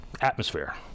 atmosphere